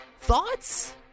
Thoughts